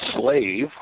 slave